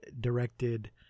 directed